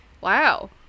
wow